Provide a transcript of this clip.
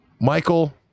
Michael